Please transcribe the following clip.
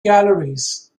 galleries